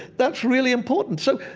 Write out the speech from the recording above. that's really important. so,